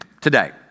today